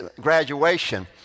graduation